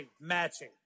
matching